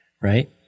right